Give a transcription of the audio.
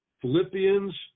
Philippians